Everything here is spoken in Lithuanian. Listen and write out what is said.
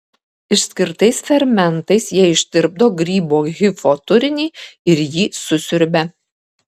išskirtais fermentais jie ištirpdo grybo hifo turinį ir jį susiurbia